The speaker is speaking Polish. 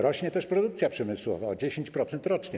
Rośnie też produkcja przemysłowa, o 10% rocznie.